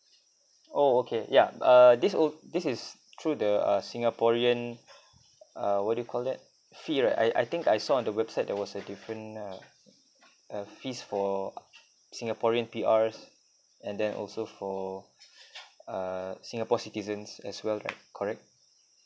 oh okay yeah err this oh this is through the uh singaporean uh what do you call that fee right I I think I saw on the website there was a different err err fees for singaporeans P_R and then also for uh singapore citizens as well right correct